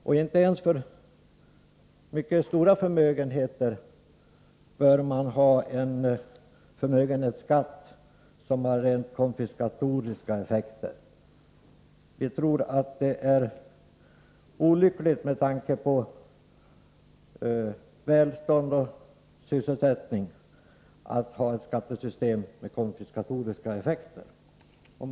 Och inte ens för mycket stora förmögenheter bör man ha en förmögenhetsskatt som har rent konfiskatoriska effekter. Vi tror att det är olyckligt med tanke på välstånd och sysselsättning att ha ett skattesystem med konfiskatoriska effekter. Herr talman!